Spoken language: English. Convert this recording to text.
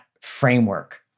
framework